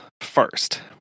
first